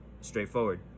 straightforward